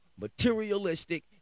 materialistic